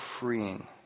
freeing